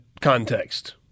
context